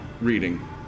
reading